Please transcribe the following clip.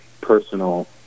personal